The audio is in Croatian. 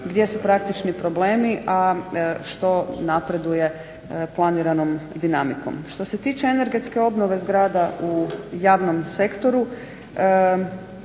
gdje su praktični problemi, a što napreduje planiranom dinamikom. Što se tiče energetske obnove zgrada u javnom sektoru